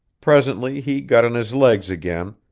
presently he got on his legs again,